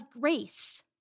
grace